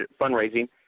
fundraising